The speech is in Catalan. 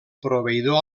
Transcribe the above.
proveïdor